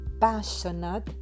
passionate